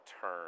turn